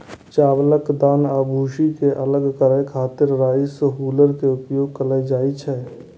चावलक दाना आ भूसी कें अलग करै खातिर राइस हुल्लर के उपयोग कैल जाइ छै